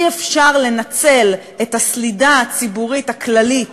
אי-אפשר לנצל את הסלידה הציבורית הכללית